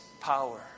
power